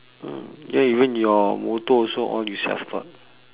mm ya then your motor also all you self taught